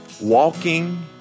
Walking